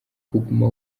kuguma